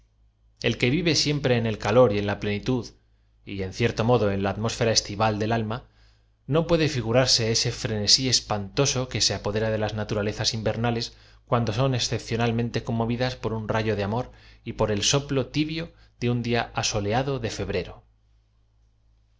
l que v iv e siempre en el calor y en la plenitud y en cierto modo en la atmósfera estival del alm a no puede flgurarse ese frenesí espantoso que ae apodera de las naturalezas invernales cuando son excepcionalmente conmovidas por un rayo de amor y por e l soplo tibio de un dia asoleado de febrero